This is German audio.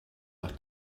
nach